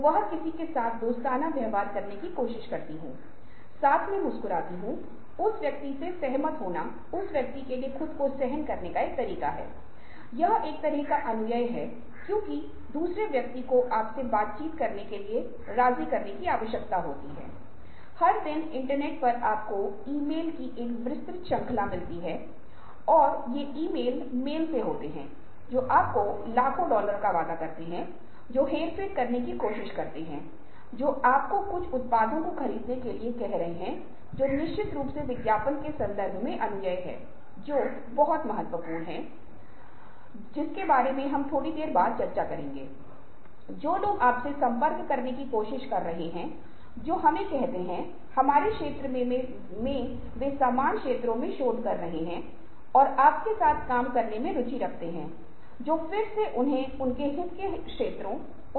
और स्थिति मे आप गुस्से का इजहार करते हैं आप दूसरों के संदर्भ में आक्रामक हो गजाते हैं और आप कुछ आसान काम करते हैं न कि चुनौतीपूर्ण कार्य और आप रिश्ते के बारे में परेशान नहीं होते चाहे आप संबंध बनाये और रिश्ता तोड़दे और आपकी दोस्ती सिर्फ चयनित के साथ है